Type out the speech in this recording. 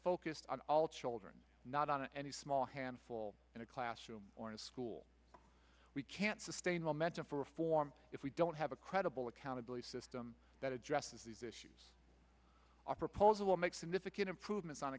focused on all children not on any small handful in a classroom or a school we can't sustain momentum for reform if we don't have a credible accountability system that addresses these issues our proposal will make significant improvements on